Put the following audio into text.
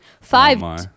five